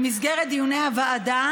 במסגרת דיוני הוועדה